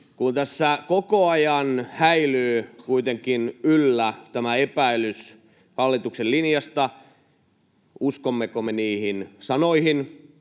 kuitenkin koko ajan häilyy yllä epäilys hallituksen linjasta: uskommeko me niihin sanoihin